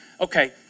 okay